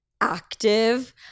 active